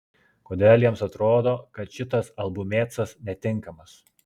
kodėl jiems atrodo kad šitas albumėcas netinkamas